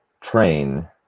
train